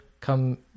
come